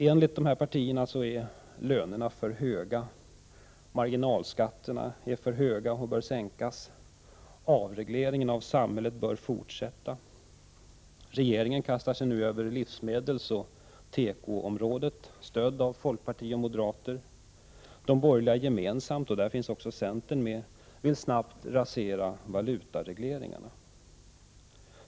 Enligt dessa partier är lönerna för höga, och marginalskatterna är för höga och bör sänkas. Avregleringen av samhället bör fortsätta, anser de. Regeringen kastar sig över livsmedelsoch tekoområdet stödd av folkpartiet och moderaterna. Samtliga borgerliga partier vill snabbt rasera valutaregleringarna.